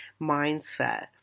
mindset